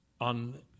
on